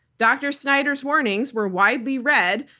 dr. snyder's warnings were widely read,